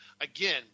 again